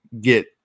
get